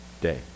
day